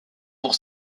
pour